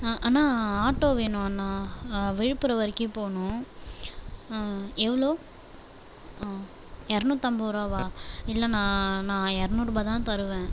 அண்ணா auto வேணும் அண்ணா விழுப்புரம் வரைக்கும் போகணும் எவ்வளோ இறநூத்து ஐம்பரூபாவா இல்லைணா நான் இருநூறு ரூபாய்தான் தருவேன்